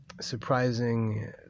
surprising